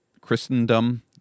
Christendom